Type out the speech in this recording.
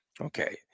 Okay